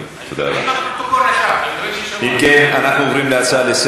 הרצון שלך להודות, אנחנו נכבד אותו.